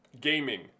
gaming